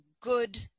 good